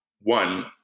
one